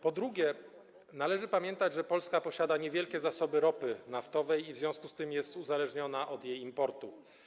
Po drugie, należy pamiętać, że Polska posiada niewielkie zasoby ropy naftowej i w związku z tym jest uzależniona od jej importu.